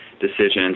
decisions